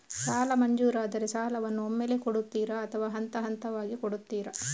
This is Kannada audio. ಸಾಲ ಮಂಜೂರಾದರೆ ಸಾಲವನ್ನು ಒಮ್ಮೆಲೇ ಕೊಡುತ್ತೀರಾ ಅಥವಾ ಹಂತಹಂತವಾಗಿ ಕೊಡುತ್ತೀರಾ?